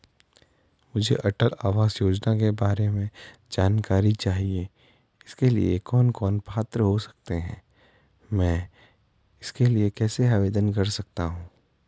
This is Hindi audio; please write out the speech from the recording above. मुझे अटल आवास योजना के बारे में जानकारी चाहिए इसके लिए कौन कौन पात्र हो सकते हैं मैं इसके लिए कैसे आवेदन कर सकता हूँ?